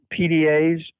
PDAs